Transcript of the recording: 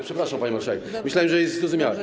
Przepraszam, pani marszałek, myślałem, że jest to zrozumiałe.